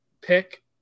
pick